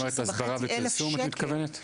פרסום את מתכוונת?